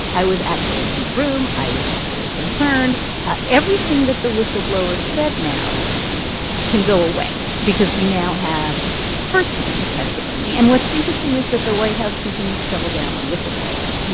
i was actually in the room i was actually concerned everything that the whistleblower said now can go away because we now have firsthand testimony. and what's interesting is that the white house continues to double down on the whistleblower.